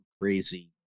crazy